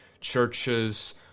churches